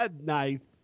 Nice